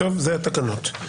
זה התקנות.